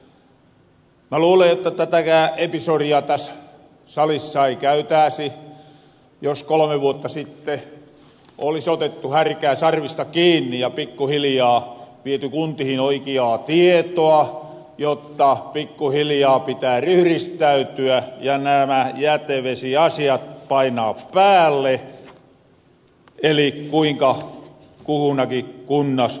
mä luulen että tätäkään episodia täs salissa ei käytääsi jos kolome vuotta sitte olisi otettu härkää sarvista kiinni ja pikkuhiljaa viety kuntihin oikiaa tietoa jotta pikkuhiljaa pitää ryhristäytyä ja nämä jätevesiasiat painaa päälle eli kuinka kuhunakin kunnas on toimittu